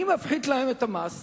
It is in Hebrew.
אני מפחית להן את המס,